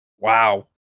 Wow